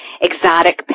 exotic